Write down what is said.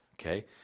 Okay